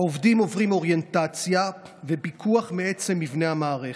העובדים עוברים אוריינטציה ופיקוח מעצם מבנה המערכת.